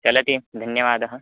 चलति धन्यवादः